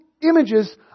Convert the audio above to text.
images